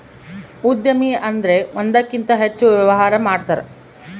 ಉದ್ಯಮಿ ಅಂದ್ರೆ ಒಂದಕ್ಕಿಂತ ಹೆಚ್ಚು ವ್ಯವಹಾರ ಮಾಡ್ತಾರ